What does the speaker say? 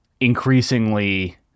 increasingly